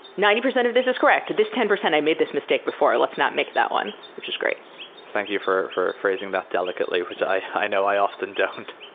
ninety percent of this is correct. this ten percent, i made this mistake before. let's not make that one, which is great thank you for for phrasing that delicately, which i know i often don't.